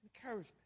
Encouragement